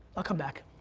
come back.